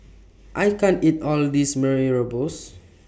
I can't eat All of This Mee Rebus